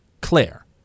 Claire